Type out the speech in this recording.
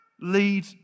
lead